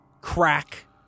crack